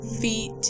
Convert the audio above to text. feet